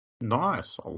Nice